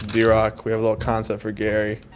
drock, we have a little concept for gary